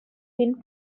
been